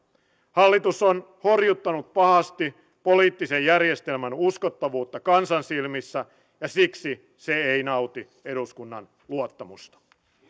hallitus on horjuttanut pahasti poliittisen järjestelmän uskottavuutta kansan silmissä ja siksi se ei nauti eduskunnan luottamusta